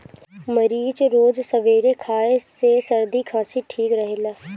मरीच रोज सबेरे खाए से सरदी खासी ठीक रहेला